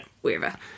Wherever